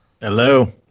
hello